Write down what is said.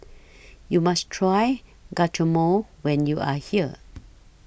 YOU must Try Guacamole when YOU Are here